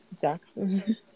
Jackson